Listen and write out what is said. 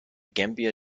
gambia